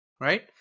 right